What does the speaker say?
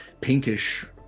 pinkish